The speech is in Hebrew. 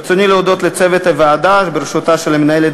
ברצוני להודות לצוות הוועדה בראשות המנהלת